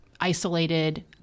isolated